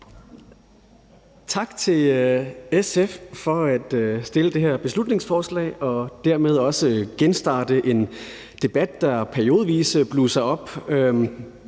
Tak til SF for at fremsætte det her beslutningsforslag og dermed også genstarte en debat, der periodevise blusser op,